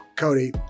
Cody